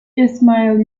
ismail